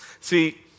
See